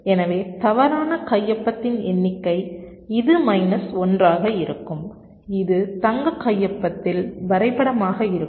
எனவே தவறான கையொப்பத்தின் எண்ணிக்கை இது மைனஸ் 1 ஆக இருக்கும் இது தங்க கையொப்பத்தில் வரைபடமாக இருக்கும்